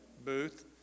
booth